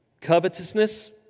covetousness